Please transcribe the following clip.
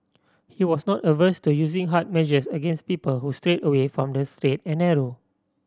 he was not averse to using harder measures against people who strayed away from the straight and narrow